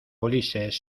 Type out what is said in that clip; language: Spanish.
ulises